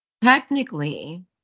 Technically